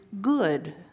good